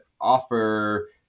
offer